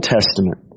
Testament